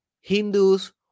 Hindus